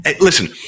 Listen